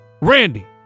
Randy